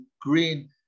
green